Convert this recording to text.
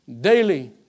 Daily